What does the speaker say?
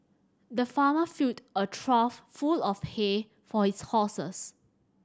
the farmer filled a trough full of hay for his horses